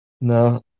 no